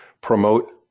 promote